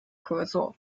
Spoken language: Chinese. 合作